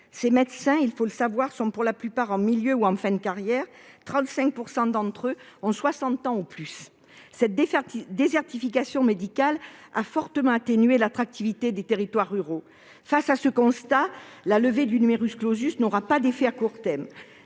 Ces médecins, il faut le savoir, sont pour la plupart en milieu ou en fin de carrière, 35 % d'entre eux étant âgés de 60 ans ou plus. Cette désertification médicale a fortement réduit l'attractivité des territoires ruraux. Face à ce constat, la levée du n'aura pas d'effet à court terme,